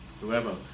whoever